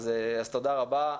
תודה רבה.